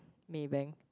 Maybank